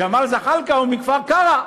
ג'מאל זחאלקה הוא מכפר-קרע,